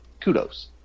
kudos